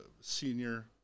senior